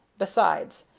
besides,